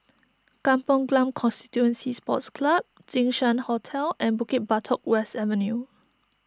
Kampong Glam Constituency Sports Club Jinshan Hotel and Bukit Batok West Avenue